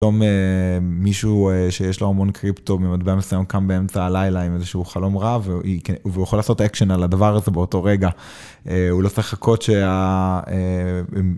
פתאום מישהו שיש לו המון קריפטו במטבע מסוים קם באמצע הלילה עם איזה שהוא חלום רע והוא יכול לעשות אקשן על הדבר הזה באותו רגע. הוא לא צריך לחכות שה...